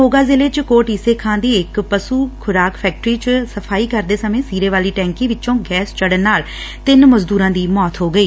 ਮੋਗਾ ਜ਼ਿਲ੍ਹੇ ਚ ਕੋਟ ਈਸੇ ਖਾਂ ਦੀ ਇਕ ਪਸ੍ੂ ਖੁਰਾਕ ਫੈਕਟਰੀ ਚ ਸਫਾਈ ਕਰਦੇ ਸਮੇਂ ਸੀਰੇ ਵਾਲੀ ਟੈੱਕੀ ਵਿਚੋਂ ਗੈਸ ਚੜੁਨ ਨਾਲ ਤਿੰਨ ਮਜ਼ਦੁਰਾਂ ਦੀ ਮੌਤ ਹੋ ਗਈ